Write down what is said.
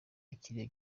ikiriyo